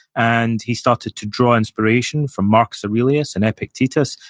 and he started to draw inspiration from marcus aurelius and epictetus,